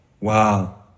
Wow